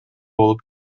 болуп